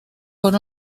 por